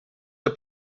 the